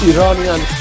Iranian